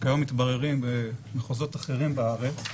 שכיום מתבררים במחוזות אחרים בארץ,